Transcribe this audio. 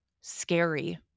scary